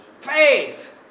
faith